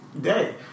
day